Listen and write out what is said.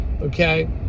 okay